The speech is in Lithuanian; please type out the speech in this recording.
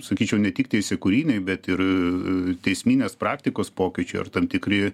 sakyčiau ne tik teisėkūriniai bet ir teisminės praktikos pokyčiai ar tam tikri